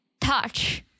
touch